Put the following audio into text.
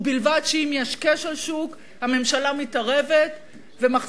ובלבד שאם יש כשל שוק הממשלה מתערבת וגם